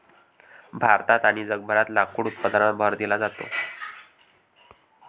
भारतात आणि जगभरात लाकूड उत्पादनावर भर दिला जात आहे